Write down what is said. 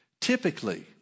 Typically